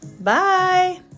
Bye